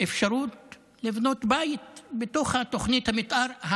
אפשרות לבנות בית בתוך תוכנית המתאר,